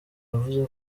yavuze